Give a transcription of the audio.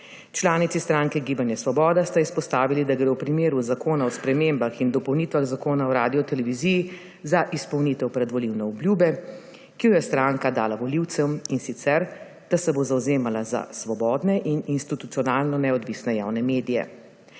Članici stranke Gibanja Svoboda sta izpostavili, da gre v primeru Zakona o spremembah in dopolnitvah Zakona o radioteleviziji za izpolnitev predvolilne obljube, ki jo je stranka dala volivcem, in sicer da se bo zavzemala za svobodne in institucionalno neodvisne javne medije.